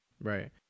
Right